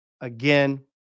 Again